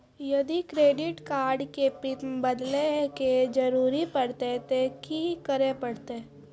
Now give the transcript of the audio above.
यदि credit card के PIN बदले के जरूरी परतै ते की करे परतै?